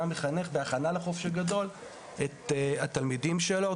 המחנך כהכנה לחופש הגדול את התלמידים שלו.